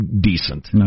decent